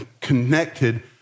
connected